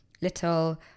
little